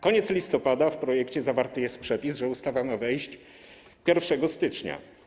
Koniec listopada, a w projekcie zawarty jest przepis, że ustawa ma wejść 1 stycznia.